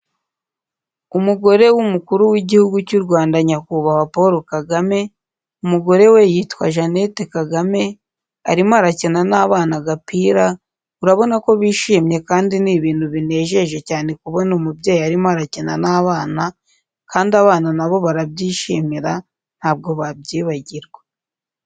Umugore w'umukuru w'igihugu cy'u Rwanda nyakubahwa Paul Kagame, umugore we yitwa Jeanette Kagame, arimo arakina n'abana agapira, urabona ko bishimye kandi ni ibintu binejeje cyane kubona umubyeyi arimo arakina n'abana kandi abana nabo barabyishimira, ntabwo babyibagirwa.